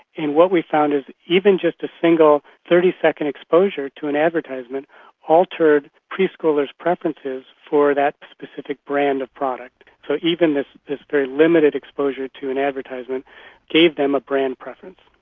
and what we found is that even just a single thirty second exposure to an advertisement altered preschoolers' preferences for that specific brand of product. so even this this very limited exposure to an advertisement gave them a brand preference.